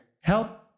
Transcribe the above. help